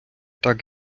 так